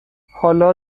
حالا